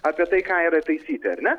apie tai ką yra taisyti ar ne